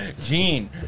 Gene